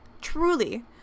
truly